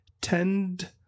tend